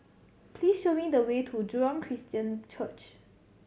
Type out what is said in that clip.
please show me the way to Jurong Christian Church